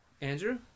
Andrew